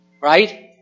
right